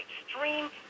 extreme